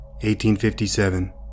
1857